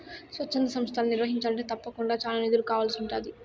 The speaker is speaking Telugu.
స్వచ్ఛంద సంస్తలని నిర్వహించాలంటే తప్పకుండా చానా నిధులు కావాల్సి ఉంటాది